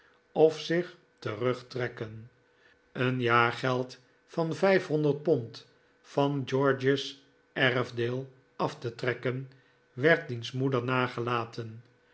of zich terugtrekken een jaargeld van vijfhonderd pond van george's erfdeel af te trekken werd diens moeder nagelaten